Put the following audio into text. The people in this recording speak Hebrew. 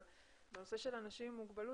אבל בנושא של אנשים עם מוגבלות,